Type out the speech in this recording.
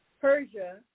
Persia